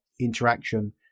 interaction